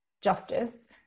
justice